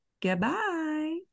Goodbye